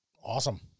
awesome